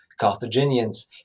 carthaginians